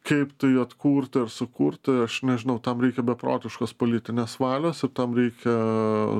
kaip tai atkurti ar sukurti aš nežinau tam reikia beprotiškos politinės valios tam reikia